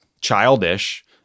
childish